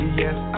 yes